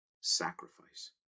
sacrifice